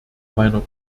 meiner